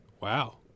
Wow